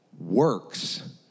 works